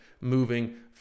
moving